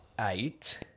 eight